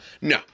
No